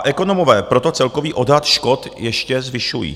Ekonomové proto celkový odhad škod ještě zvyšují.